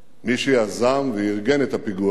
מי שיזם וארגן את הפיגוע הזה